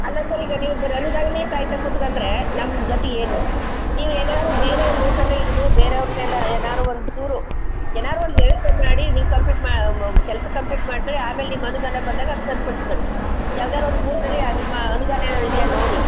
ಅಲ್ಲ ಸರ್ ಈಗ ನೀವು ಬರೀ ಅನುದಾನನೇ ಕಾಯ್ತಾ ಕುತ್ಕೊಂಡ್ರೇ ನಮ್ಮ ಗತಿ ಏನು ನೀವು ಏನಾದ್ರು ಬೇರೆ ರೂಟನ್ನೇ ಹಿಡ್ದು ಬೇರೆ ಅವ್ರನ್ನೆಲ್ಲ ಏನಾದ್ರು ಒಂಚೂರು ಏನಾದ್ರು ಒಂದು ವ್ಯವಸ್ಥೆ ಮಾಡಿ ನೀವು ಕಂಪ್ಲೀಟ್ ಮಾ ಕೆಲಸ ಕಂಪ್ಲೀಟ್ ಮಾಡ್ಕೊಳಿ ಆಮೇಲೆ ನಿಮ್ಮ ಅನುದಾನ ಬಂದಾಗ ಅದು ಸರಿ ಪಡ್ಸ್ಕೊಳಿ ಯಾವ್ದಾದ್ರೂ ಒಂದು ಮೂಲದಲ್ಲಿ ಆ ನಿಮ್ಮ ಅನುದಾನ ಇದೆಯಾ ನೋಡಿ